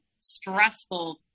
stressful